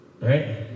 Right